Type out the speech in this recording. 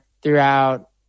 throughout